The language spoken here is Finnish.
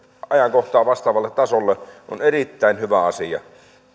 ajankohtaa vastaavalle tasolle on erittäin hyvä asia